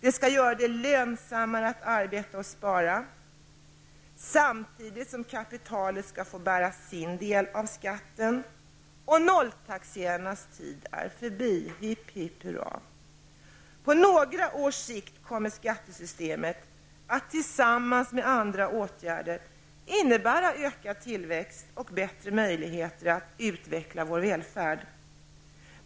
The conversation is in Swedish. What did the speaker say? Den skall göra det lönsammare att arbeta och spara, samtidigt som kapitalet skall få bära sin del av skatten. Nolltaxerarnas tid är förbi -- hipp, hipp, hurra! På några års sikt kommer skattesystemet att, tillsammans med andra åtgärder, innebära ökad tillväxt och bättre möjligheter att utveckla vår välfärd.